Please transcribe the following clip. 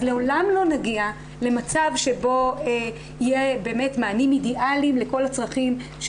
אז לעולם לא נגיע למצב שבו יהיה באמת מענים אידיאליים לכל הצרכים,